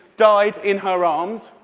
died in her arms,